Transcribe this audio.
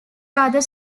rather